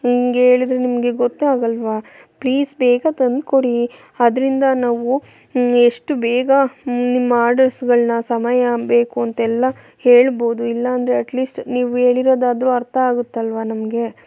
ಹಂಗೆ ಹೇಳಿದ್ರೆ ನಿಮಗೆ ಗೊತ್ತಾಗಲ್ವ ಪ್ಲೀಸ್ ಬೇಗ ತಂದ್ಕೊಡಿ ಅದರಿಂದ ನಾವು ಎಷ್ಟು ಬೇಗ ನಿಮ್ಮ ಆರ್ಡರ್ಸ್ಗಳನ್ನ ಸಮಯ ಬೇಕು ಅಂತೆಲ್ಲ ಹೇಳ್ಬೋದು ಇಲ್ಲಾಂದ್ರೆ ಅಟ್ಲೀಸ್ಟ್ ನೀವು ಹೇಳಿರೋದಾದ್ರೂ ಅರ್ಥ ಆಗುತ್ತಲ್ವ ನಮಗೆ